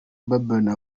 balbine